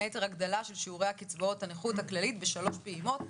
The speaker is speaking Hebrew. היתר הגדלה של שיעורי קצבאות הנכות הכללי בשלוש פעימות,